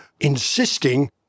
insisting